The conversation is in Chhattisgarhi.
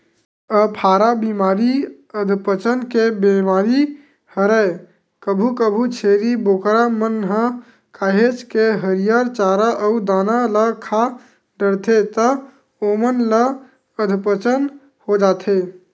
अफारा बेमारी अधपचन के बेमारी हरय कभू कभू छेरी बोकरा मन ह काहेच के हरियर चारा अउ दाना ल खा डरथे त ओमन ल अधपचन हो जाथे